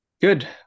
Good